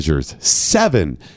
Seven